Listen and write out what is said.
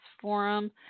forum